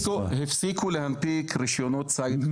הפסיקו להנפיק רישיונות צייד.